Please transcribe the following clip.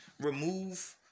remove